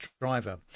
driver